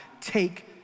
Take